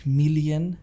million